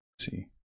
see